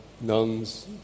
nuns